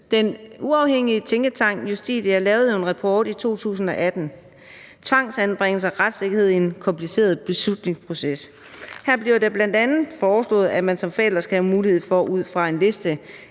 Den uafhængige tænketank Justitia lavede i 2018 en rapport, »Tvangsanbringelser – retssikkerhed i en kompliceret beslutningsproces«. Her bliver det bl.a. foreslået, at man som forælder skal have mulighed for ud fra en liste